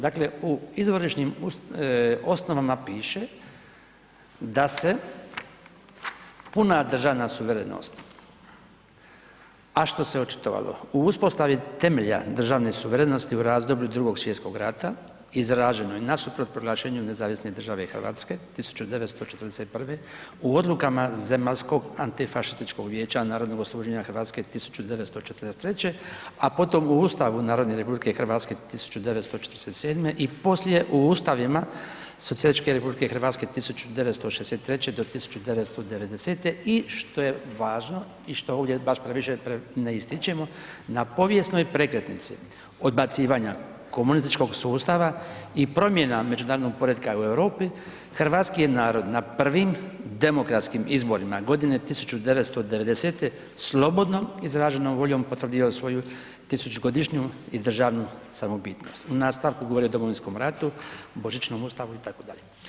Dakle, u izvorišnim osnovama piše da se puna državna suverenost, a što se očitovalo u uspostavi temelja državne suverenosti u razdoblju Drugog svjetskog rata izraženo je nasuprot proglašenju Nezavisne državne Hrvatske 1941. u odlukama Zemaljskog antifašističkog vijeća narodnog oslobođenja Hrvatske 1943., a potom u Ustavu Narodne Republike Hrvatske 1947. i poslije u ustavima Socijalističke Republike Hrvatske 1963. do 1990. i što je važno i što ovdje baš previše ne ističemo na povijesnoj prekretnici odbacivanja komunističkog sustava i promjena međunarodnog poretka u Europi Hrvatski je narod na prvim demokratskim izborima godine 1990. slobodno izraženom voljom potvrdio svoju tisućugodišnju i državnu samobitnost, u nastavku govori o Domovinskom ratu, božićnom Ustavu itd.